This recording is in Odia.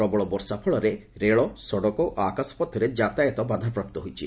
ପ୍ରବଳ ବର୍ଷା ଫଳରେ ରେଳ ସଡ଼କ ଓ ଆକାଶପଥରେ ଯାତାୟତ ବାଧାପ୍ରାପ୍ତ ହୋଇଛି